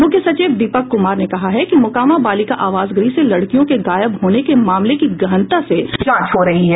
मुख्य सचिव दीपक कुमार ने कहा कि मोकामा बालिका आवास गृह से लड़कियों के गायब हाने के मामले की गहनता से जांच हो रही है